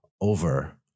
over